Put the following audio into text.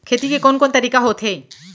खेती के कोन कोन तरीका होथे?